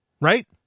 Right